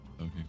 Okay